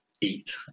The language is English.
eat